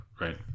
right